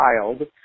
child